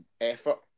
effort